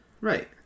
right